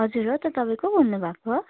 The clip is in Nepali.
हजुर हो त तपाईँ को बोल्नु भएको